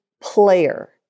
player